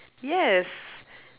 yes